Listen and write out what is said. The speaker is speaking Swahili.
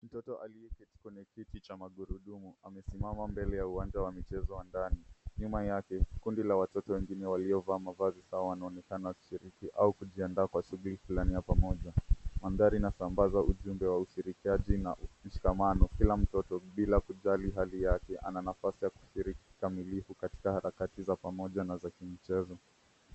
Mtoto aliyeketi kwenye kiti cha magurudumu amesimama mbele ya uwanja wa michezo wa ndani. Nyuma yake kundi la watoto wengine waliovaa mavazi sawa, wanaonekana wakishiriki au kujiandaa kwa shughul fulani ya pamoja. Mandhari inatangaza ujumbe wa ushirikiaji na mshikamano. Kila mtoto bila kujali hali yake ana nafasi ya kushiriki kikamilifu katika harakati za pamoja na za ki...